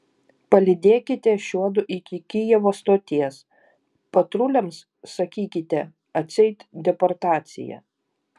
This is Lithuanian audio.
palydėkite šiuodu iki kijevo stoties patruliams sakykite atseit deportacija